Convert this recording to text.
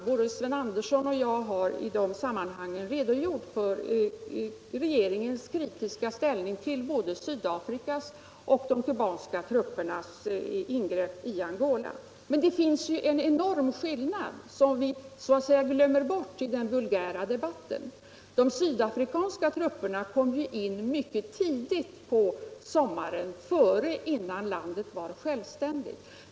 Såväl Sven Andersson som jag har i de sammanhangen redogjort för regeringens kritiska inställning till både Sydafrikas och de kubanska truppernas ingrepp i Angola. Men det finns en enorm skillnad som man glömmer bort i den vulgära debatten. De sydafrikanska trupperna kom in mycket tidigt på sommaren, innan landet var självständigt.